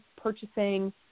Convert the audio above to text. purchasing